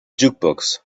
jukebox